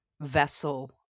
vessel